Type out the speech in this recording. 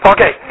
Okay